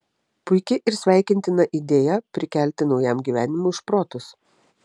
puiki ir sveikintina idėja prikelti naujam gyvenimui šprotus